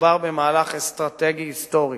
מדובר במהלך אסטרטגי היסטורי,